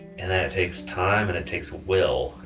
and that takes time and it takes will.